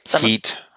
heat